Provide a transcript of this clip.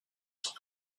sont